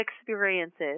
experiences